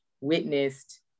witnessed